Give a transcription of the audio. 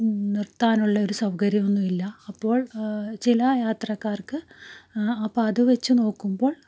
നിർത്താനുള്ള ഒരു സൗകര്യം ഒന്നുമില്ല അപ്പോൾ ചില യാത്രക്കാർക്ക് അപ്പോൾ അതു വച്ച് നോക്കുമ്പോൾ